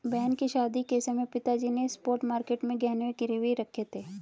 बहन की शादी के समय पिताजी ने स्पॉट मार्केट में गहने गिरवी रखे थे